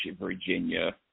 Virginia